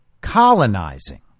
colonizing